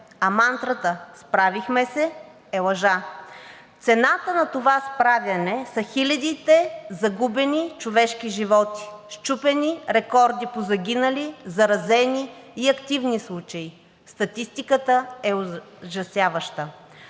а мантрата „Справихме се!“ е лъжа. Цената на това справяне са хилядите загубени човешки животи, счупени рекорди по загинали, заразени и активни случаи. Статистиката е ужасяваща.